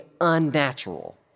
unnatural